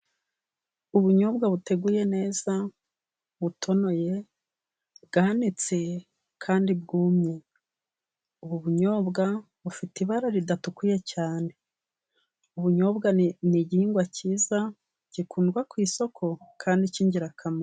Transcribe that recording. Ubunyobwa buteguye neza butonoye bwanitse kandi bwumye, ubu ubunyobwa bufite ibara ridatukuye cyane, ubunyobwa ni igihingwa cyiza gikundwa ku isoko kandi cy'ingirakamaro.